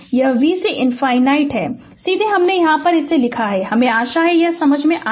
यह vc ∞ है सीधे हमने यहां लिखा है हमे आशा है कि यह समझ में आया होगा